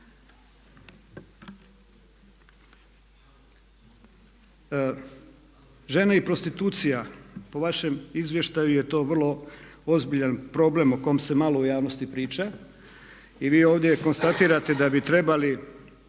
Žene i prostitucija po vašem izvještaju je to vrlo ozbiljan problem o kom se malo u javnosti priča. I vi ovdje konstatirate da bi trebali